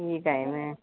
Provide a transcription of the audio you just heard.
ठीक आहे ना